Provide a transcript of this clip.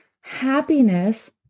happiness